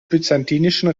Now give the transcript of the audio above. byzantinischen